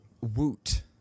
Woot